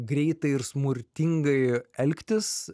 greitai ir smurtingai elgtis